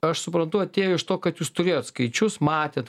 aš suprantu atėjo iš to kad jūs turėjot skaičius matėt